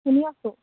শুনি আছোঁ